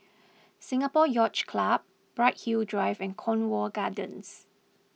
Singapore Yacht Club Bright Hill Drive and Cornwall Gardens